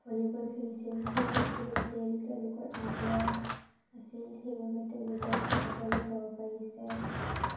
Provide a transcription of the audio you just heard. volleyball খেলিছিল cricket খেলিছিল তেওঁলোকৰ আগ্ৰহ আছিল সেইবাবে তেওঁলোকে আগলৈ যাব পাৰিছে